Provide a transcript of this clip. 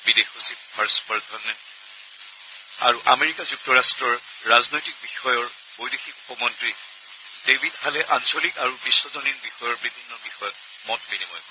বিদেশ সচিব হৰ্ষবৰ্ধন শৃংলা আৰু আমেৰিকা যুক্তৰাট্টৰ ৰাজনৈতিক বিষয়ৰ বৈদেশিক উপমন্তী দেৱিদ হালে আঞ্চলিক আৰু বিশ্বজনীন বিষয়ৰ বিভিন্ন বিষয়ত মত বিনিময় কৰে